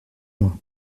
moins